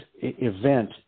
event